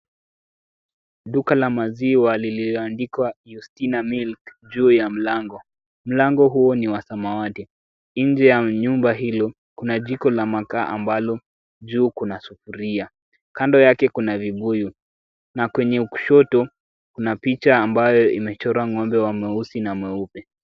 Duka la maziwa lililoandikwa Yustina Milk juu ya mlango. Mlango huo ni wa samawati. Nje ya nyumba hilo kuna jiko la makaa ambalo juu kuna sufuria. Kando yake kuna vibuyu na kwenye kushoto kuna picha ambayo imechorwa ng'ombe wa mweusi na mweupe.